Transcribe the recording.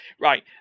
right